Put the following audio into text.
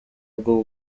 bwo